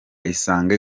isange